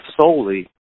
solely